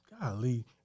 Golly